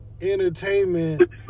entertainment